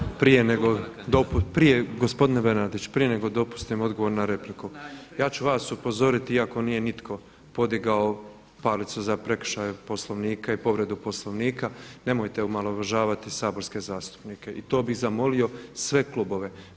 Samo prije nego gospodine Bernardić, prije nego dopustim odgovor na repliku, ja ću vas upozoriti iako nije nitko podigao palicu za prekršaj Poslovnika i povredu Poslovnika nemojte omalovažavati saborske zastupnike i to bih zamolio sve klubove.